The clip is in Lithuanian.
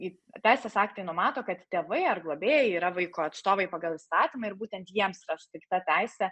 į teisės aktai numato kad tėvai ar globėjai yra vaiko atstovai pagal įstatymą ir būtent jiems suteikta teisė